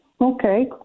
Okay